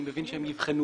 אני מבין שהם יבחנו